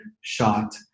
shot